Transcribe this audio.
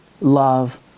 love